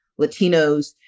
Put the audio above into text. Latinos